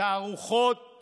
תערוכות